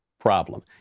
problem